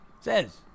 says